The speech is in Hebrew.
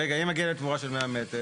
רגע, אם מגיעה להם תמורה של 100 מ"ר.